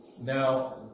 Now